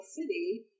city